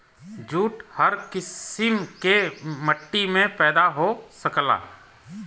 jute हर किसिम के मट्टी में पैदा हो सकला